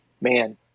man